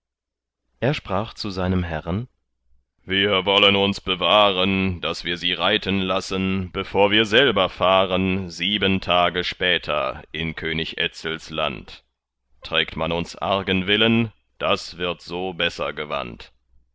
er sprach zu seinem herren wir wollen uns bewahren daß wir sie reiten lassen bevor wir selber fahren sieben tage später in könig etzels land trägt man uns argen willen das wird so besser gewandt